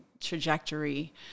trajectory